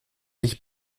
nicht